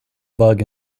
bug